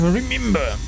remember